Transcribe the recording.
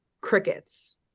crickets